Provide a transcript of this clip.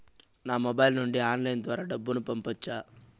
నా మొబైల్ నుండి ఆన్లైన్ ద్వారా డబ్బును పంపొచ్చా